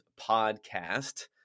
podcast